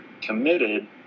committed